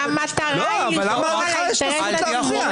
------ אבל למה לך יש זכות להפריע?